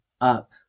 up